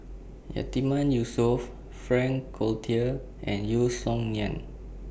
Yatiman Yusof Frank Cloutier and Yeo Song Nian